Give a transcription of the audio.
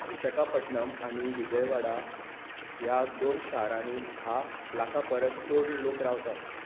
विशाखापट्टणम आनी विजयवाडा ह्या दोन शारांनी धा लाखां परस चड लोक रावतात